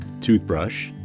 toothbrush